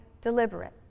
deliberate